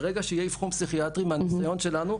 ברגע שיהיה אבחון פסיכיאטרי מהניסיון שלנו,